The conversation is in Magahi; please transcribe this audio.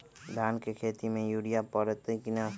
धान के खेती में यूरिया परतइ कि न?